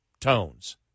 tones